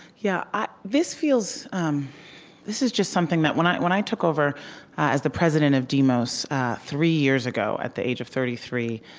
yeah this feels this is just something that, when i when i took over as the president of demos three years ago, at the age of thirty three,